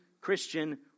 Christian